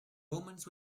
omens